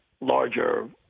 larger